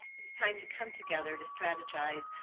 it's time to come together to strategize,